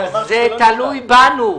זה תלוי בנו.